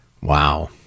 Wow